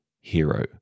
hero